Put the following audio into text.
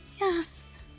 Yes